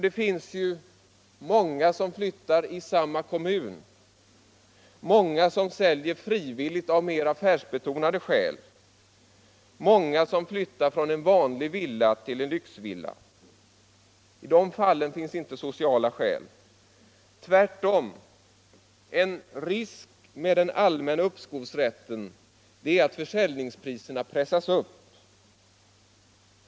Det finns ju många som flyttar inom samma kommun, många som säljer frivilligt av mer affärsbetonade skäl och många som flyttar från en vanlig villa till en lyxvilla. I de fallen finns inte sociala skäl för ett uppskov. Tvärtom är en risk med den allmänna uppskovsrätten att försäljningspriserna pressas upp.